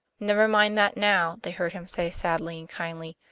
never mind that now, they heard him say sadly and kindly.